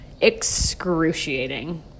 excruciating